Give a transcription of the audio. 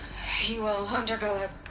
you will undergo a.